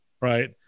Right